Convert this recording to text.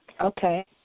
Okay